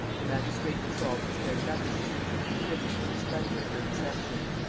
the magistrates resolved to spare nothing which could contribute to the splendor of her reception.